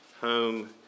home